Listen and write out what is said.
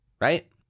right